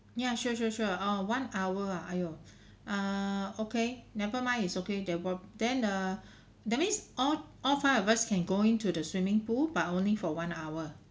ya sure sure sure oh one hour ah !aiyo! err okay never mind is okay that one then err that means all all five of us can go into the swimming pool but only for one hour